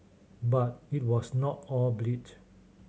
but it was not all bleat